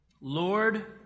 lord